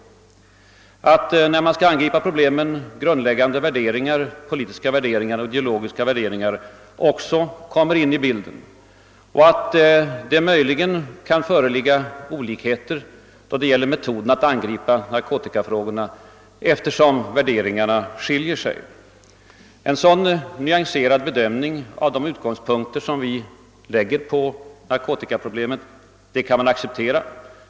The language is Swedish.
Det är riktigt att när vi angriper problemen grundläggande politiska och ideologiska värderingar också kommer in i bilden och att det möjligen kan föreligga olika uppfattningar om metoderna att lösa narkotikafrågorna. Våra värderingar kan skilja sig. Jag kan alltså acceptera ett nyanserat påstående om att vi kan göra olika bedömningar då vi på olika håll söker angripa nar kotikaproblemet.